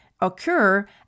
occur